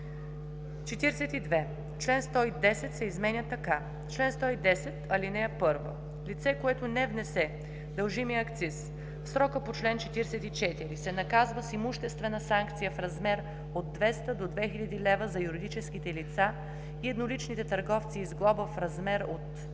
42. Член 110 се изменя така: „Чл. 110. (1) Лице, което не внесе дължимия акциз в срока по чл. 44, се наказва с имуществена санкция в размер от 200 до 2000 лв. – за юридическите лица и едноличните търговци, и с глоба в размер от